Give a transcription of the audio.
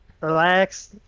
relax